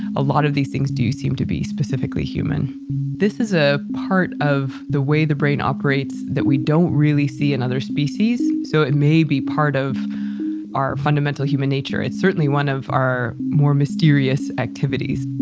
a lot of these things do seem to be specifically human this is a part of the way the brain operates that we don't really see in and other species. so it may be part of our fundamental human nature. it's certainly one of our more mysterious activities